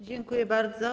Dziękuję bardzo.